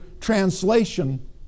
translation